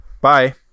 Bye